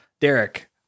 Derek